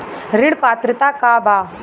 ऋण पात्रता का बा?